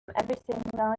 everything